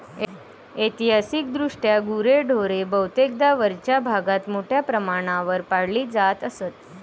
ऐतिहासिकदृष्ट्या गुरेढोरे बहुतेकदा वरच्या भागात मोठ्या प्रमाणावर पाळली जात असत